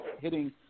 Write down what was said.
hitting